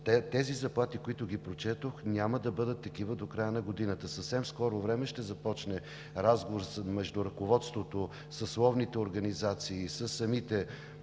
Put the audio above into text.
тези заплати, които прочетох, няма да бъдат такива до края на годината. В скоро време ще започне разговор между ръководството и съсловните организации с лекарите,